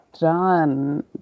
done